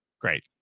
great